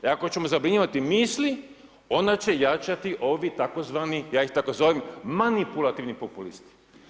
Jer ako ćemo zabranjivati misli onda će jačati ovi tzv. ja ih tako zovem manipulativni populisti.